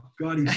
God